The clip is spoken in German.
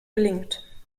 gelingt